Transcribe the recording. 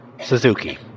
suzuki